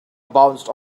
bounced